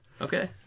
Okay